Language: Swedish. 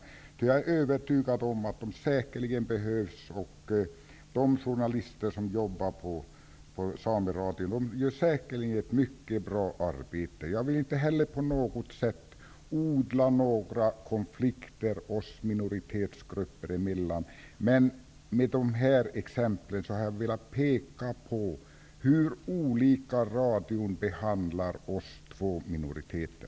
Jag är övertygad om att de säkerligen behövs. De journalister som jobbar på Sameradion gör säkert ett mycket bra arbete. Jag vill inte heller på något sätt odla några konflikter oss minoritetsgrupper emellan, men med dessa exempel har jag velat peka på hur olika radion behandlar oss två minoriteter.